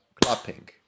clapping